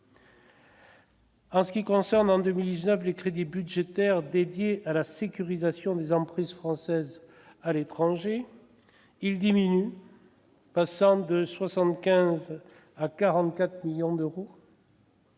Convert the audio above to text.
protection civile. En 2019, les crédits budgétaires dédiés à la sécurisation des emprises françaises à l'étranger diminuent, passant de 75 millions à 44 millions d'euros.